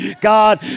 God